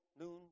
noon